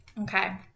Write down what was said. Okay